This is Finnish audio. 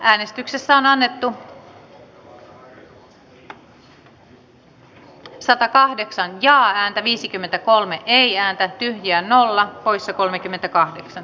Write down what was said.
jukka gustafsson on li anderssonin kannattamana ehdottanut että pykälä hyväksytään vastalauseen mukaisena